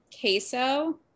queso